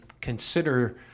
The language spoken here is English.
consider